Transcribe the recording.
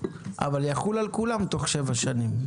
אבל יחול על כל מערכת הבריאות תוך שבע שנים.